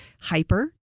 hyper